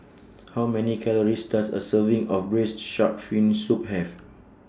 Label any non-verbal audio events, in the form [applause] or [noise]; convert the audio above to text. [noise] How Many Calories Does A Serving of Braised Shark Fin Soup Have